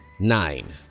nine.